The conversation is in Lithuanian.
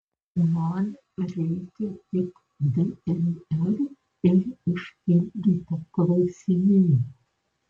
man reikia tik dnr ir užpildyto klausimyno